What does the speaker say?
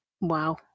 Wow